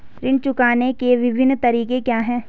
ऋण चुकाने के विभिन्न तरीके क्या हैं?